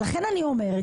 לכן אני אומרת,